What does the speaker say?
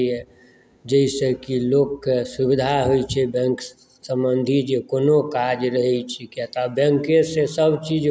जाहिसँ कि लोकके सुविधा होइत छै बैंक संबंधी जे कोनो काज रहै छै कियातऽ आब बैंके सॅं सभ चीज होवऽ लगलैया हँ